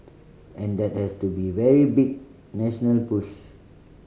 and that has to be very big national push